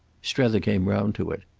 strether came round to it.